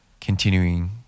continuing